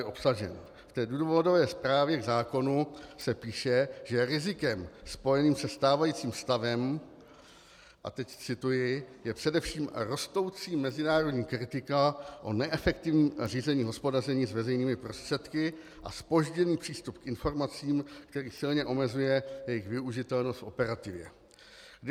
V důvodové zprávě k zákonu se píše, že rizikem spojeným se stávajícím stavem teď cituji je především rostoucí mezinárodní kritika o neefektivním řízení hospodaření s veřejnými prostředky a zpožděný přístup k informacím, který silně omezuje jejich využitelnost v operativě.